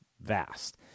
vast